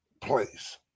place